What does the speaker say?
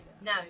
no